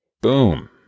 boom